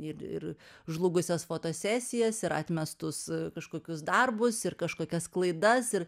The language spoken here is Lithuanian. ir ir žlugusias fotosesijas ir atmestus kažkokius darbus ir kažkokias klaidas ir